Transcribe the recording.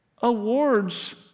awards